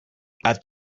thought